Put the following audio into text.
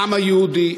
העם היהודי.